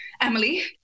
Emily